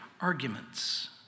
arguments